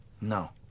No